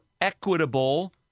equitable